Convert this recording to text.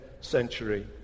century